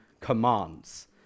commands